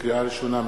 לקריאה ראשונה,